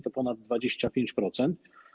To ponad 25%.